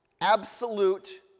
absolute